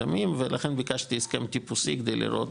זה הסכמים פרטניים עם יזמים ולכן ביקשתי הסכם טיפוסי כדי לראות,